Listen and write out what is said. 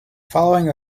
following